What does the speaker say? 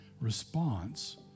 response